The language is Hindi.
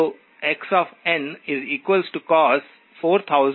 तो xncos4000πnTs